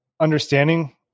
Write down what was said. understanding